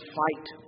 fight